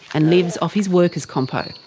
and lives off his workers compo.